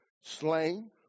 slain